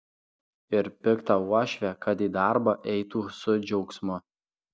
ir piktą uošvę kad į darbą eitų su džiaugsmu